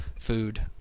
food